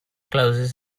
closes